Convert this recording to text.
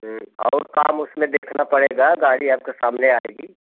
और कम उसमें देखना पड़ेगा गाड़ी आपके सामने आएगी